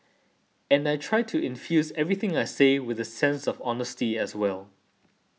and I try to infuse everything I say with a sense of honesty as well